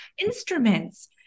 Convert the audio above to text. instruments